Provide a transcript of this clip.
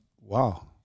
wow